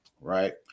Right